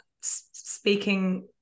speaking